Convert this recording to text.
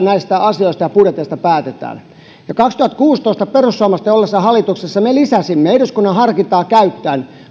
näistä asioista ja budjeteista päätetään kaksituhattakuusitoista perussuomalaisten ollessa hallituksessa me lisäsimme eduskunnan harkintaa käyttäen